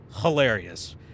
hilarious